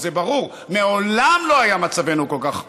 אז זה ברור, מעולם לא היה מצבנו כל כך טוב.